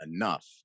enough